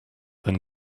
then